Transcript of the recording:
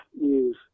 News